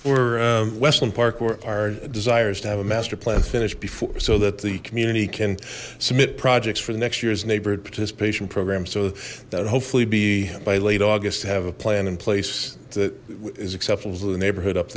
our desires to have a master plan finished before so that the community can submit projects for the next year's neighborhood participation program so that hopefully be by late august to have a plan in place that is acceptable to the neighbourhood up